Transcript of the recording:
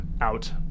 out